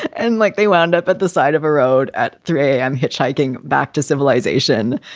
and like they wound up at the side of a road at three am hitchhiking back to civilization.